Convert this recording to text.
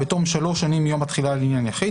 "18.בתום שלוש שנים מיום התחילה לעניין יחיד,